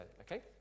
okay